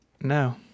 No